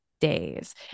days